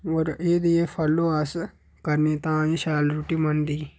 ते होर एह् चीजां फालो अस करने तां जे शैल रुट्टी बनदी